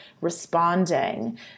responding